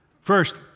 First